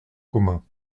commun